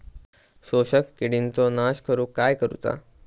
शोषक किडींचो नाश करूक काय करुचा?